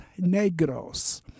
Negros